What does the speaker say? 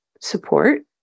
support